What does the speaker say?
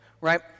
right